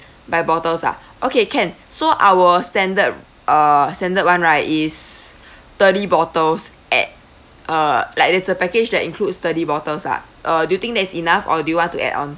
by bottles ah okay can so our standard uh standard one right is thirty bottles at uh like it's a package that includes thirty bottles lah uh do you think that's enough or do you want to add on